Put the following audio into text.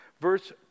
verse